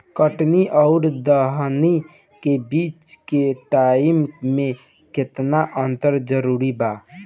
कटनी आउर दऊनी के बीच के टाइम मे केतना अंतर जरूरी बा?